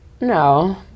No